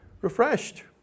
refreshed